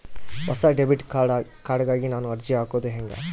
ಹೊಸ debit card ಗಾಗಿ ನಾನು ಅರ್ಜಿ ಹಾಕೊದು ಹೆಂಗ?